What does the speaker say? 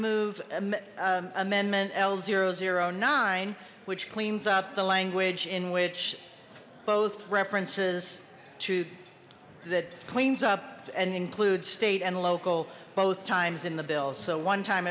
move amendment l zero zero nine which cleans up the language in which both references to that cleans up and include state and local both times in the bill so one time